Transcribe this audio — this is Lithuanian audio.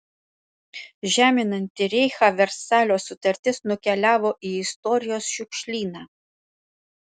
žeminanti reichą versalio sutartis nukeliavo į istorijos šiukšlyną